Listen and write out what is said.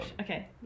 Okay